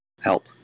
help